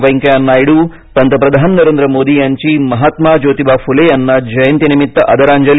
वेंकैया नायडू पंतप्रधान नरेंद्र मोदी यांची महात्मा ज्योतिबा फुले यांना जयंतीनिमित्त आदरांजली